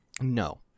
no